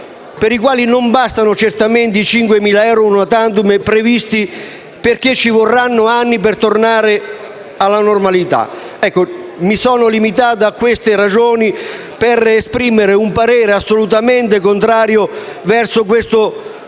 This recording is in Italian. per i quali non bastano certamente i 5.000 euro *una* *tantum* previsti perché ci vorranno anni per tornare alla normalità. Mi sono limitato a questi elementi per esprimere un parere assolutamente contrario sul